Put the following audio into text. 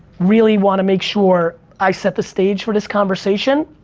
really wanna make sure i set the stage for this conversation.